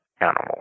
animal